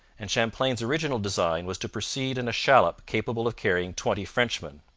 and champlain's original design was to proceed in a shallop capable of carrying twenty frenchmen.